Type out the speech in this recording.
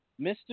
Mr